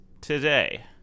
today